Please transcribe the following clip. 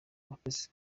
abakirisitu